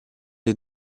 est